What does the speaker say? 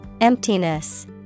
Emptiness